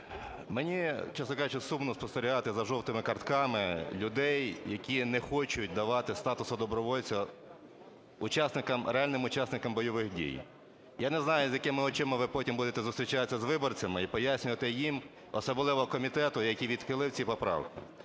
Мені, чесно кажучи, сумно спостерігати за жовтими картками людей, які не хочуть давати статусу добровольця реальним учасникам бойових дій. Я не знаю, з якими очима ви потім будете зустрічатися з виборцями і пояснювати їм, особливо комітету, який відхилив ці поправки.